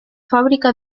fábrica